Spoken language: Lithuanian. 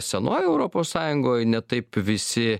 senojoj europos sąjungoj ne taip visi